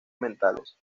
mentales